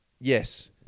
yes